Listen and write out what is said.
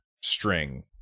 string